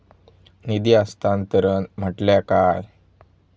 निधी हस्तांतरण म्हटल्या काय?